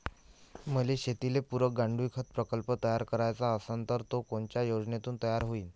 मले शेतीले पुरक गांडूळखत प्रकल्प तयार करायचा असन तर तो कोनच्या योजनेतून तयार होईन?